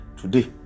today